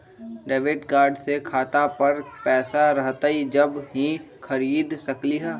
Debit card से खाता पर पैसा रहतई जब ही खरीद सकली ह?